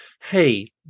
hey